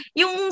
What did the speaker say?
yung